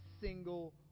single